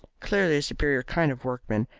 clearly a superior kind of workman,